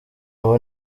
abo